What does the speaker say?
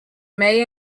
may